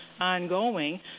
ongoing